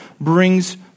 brings